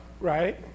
Right